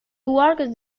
worked